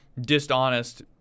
dishonest